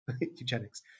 eugenics